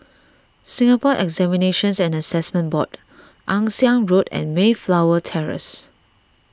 Singapore Examinations and Assessment Board Ann Siang Road and Mayflower Terrace